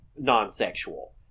non-sexual